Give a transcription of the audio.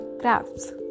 crafts